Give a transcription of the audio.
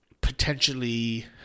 potentially